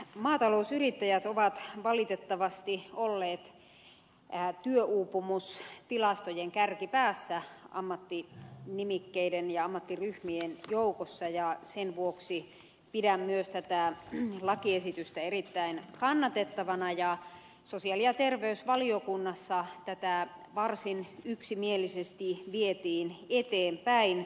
maatalousyrittäjät ovat valitettavasti olleet työuupumustilastojen kärkipäässä ammattinimikkeiden ja ammattiryhmien joukossa ja sen vuoksi pidän myös tätä lakiesitystä erittäin kannatettavana ja sosiaali ja terveysvaliokunnassa tätä varsin yksimielisesti vietiin eteenpäin